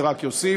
זה רק יוסיף.